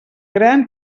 gran